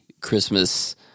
Christmas